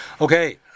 Okay